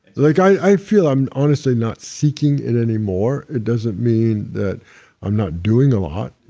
like i feel i'm honestly not seeking it anymore. it doesn't mean that i'm not doing a lot.